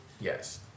Yes